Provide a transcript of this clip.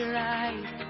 right